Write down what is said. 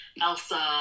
Elsa